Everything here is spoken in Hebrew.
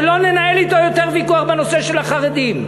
שלא ננהל אתו יותר ויכוח בנושא של החרדים.